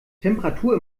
temperatur